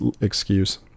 excuse